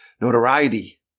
notoriety